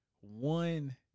one